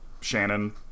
Shannon